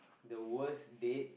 the worst date